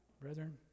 Brethren